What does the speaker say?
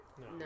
No